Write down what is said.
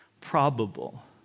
probable